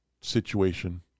situation